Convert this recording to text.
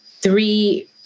three